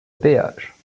péage